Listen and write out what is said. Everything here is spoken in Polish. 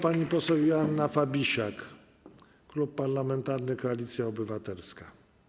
Pani poseł Joanna Fabisiak, Klub Parlamentarny Koalicja Obywatelska.